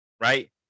right